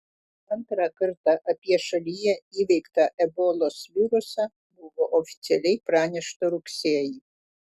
antrą kartą apie šalyje įveiktą ebolos virusą buvo oficialiai pranešta rugsėjį